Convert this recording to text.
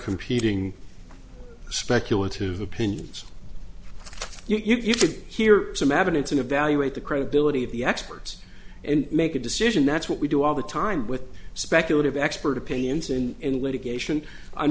competing speculative opinions you could hear some evidence and evaluate the credibility of the experts and make a decision that's what we do all the time with speculative expert opinions and in litigation